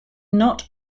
not